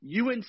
UNC